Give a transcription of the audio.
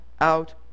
out